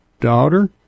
daughter